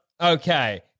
Okay